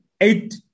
Eight